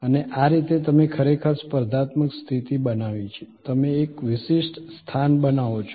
અને આ રીતે તમે ખરેખર સ્પર્ધાત્મક સ્થિતિ બનાવી છે તમે એક વિશિષ્ટ સ્થાન બનાવો છો